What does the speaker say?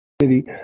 city